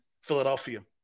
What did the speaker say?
Philadelphia